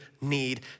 need